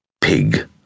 Pig